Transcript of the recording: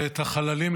ואת החללים,